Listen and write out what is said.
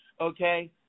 okay